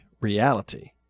reality